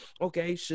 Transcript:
okay